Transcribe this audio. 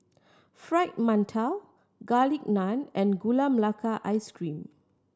Fried Mantou Garlic Naan and Gula Melaka Ice Cream